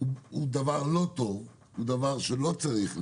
הוא דבר לא טוב, הוא דבר שלא צריך להיות,